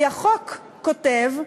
כי החוק כותב,